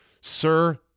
sir